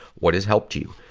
what has helped you?